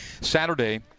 Saturday